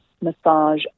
Massage